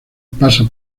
pasa